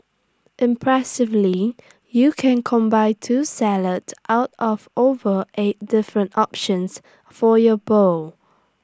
impressively you can combine two salads out of over eight different options for your bowl